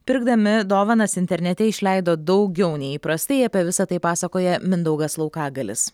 pirkdami dovanas internete išleido daugiau nei įprastai apie visa tai pasakoja mindaugas laukagalis